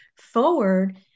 forward